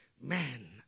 man